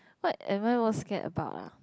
what am I most scared about ah